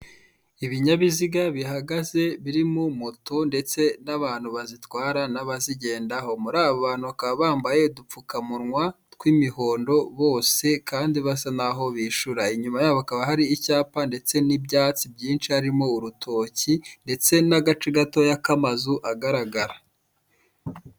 Ibinyabiziga bihagaze birimo moto ndetse n'abantu bazitwara n'abazigendaho. Muri abo bantu bakaba bambaye udupfuka munwa tw'imihondo bose kandi basa naho bishyura. Inyuma yaho hakaba hari icyapa ndetse n'ubyatsi byinshi harimo urutoki, ndetse n'agace gatoya k'amazu agaragara.